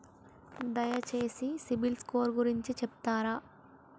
దయచేసి సిబిల్ స్కోర్ గురించి చెప్తరా?